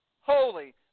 holy